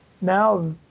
now